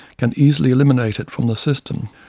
can easily eliminate it from the system.